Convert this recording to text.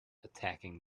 attacking